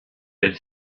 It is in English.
had